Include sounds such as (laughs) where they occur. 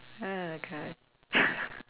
oh god (laughs)